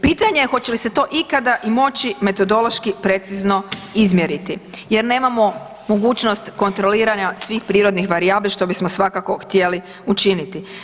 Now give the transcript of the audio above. Pitanje je hoće li se to ikada i moći metodološki precizno izmjeriti jer nemamo mogućnost kontroliranja svih prirodnih varijabli, što bismo svakako htjeli učiniti.